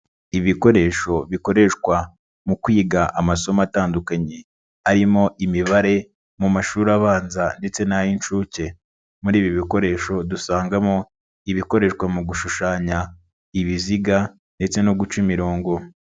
Ibikoresho bikoreshwa mu kwiga amasomo atandukanye, arimo imibare mu mashuri abanza ndetse n'ay'inshuke, muri ibi bikoresho dusangamo ibikoreshwa mu gushushanya ibiziga ndetse no guca imirongo.